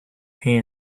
her